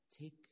take